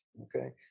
okay